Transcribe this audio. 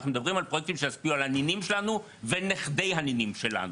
אנחנו מדברים על פרויקטים שישפיעו על הנינים שלנו ונכדי הנינים שלנו.